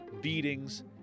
beatings